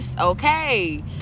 okay